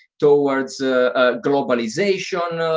towards ah ah globalization,